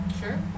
Sure